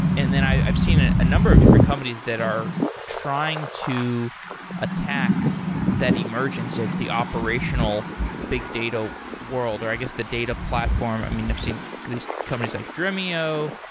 and then i've seen a number of different companies that are trying to attack that emergence of the operational big dado world, or i guess the data platform. i mean, i've seen these companies like dremio,